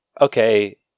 Okay